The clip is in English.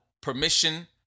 permission